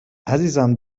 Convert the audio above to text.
عزیزم